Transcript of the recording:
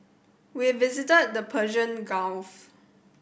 we visited the Persian Gulf